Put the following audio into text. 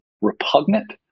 repugnant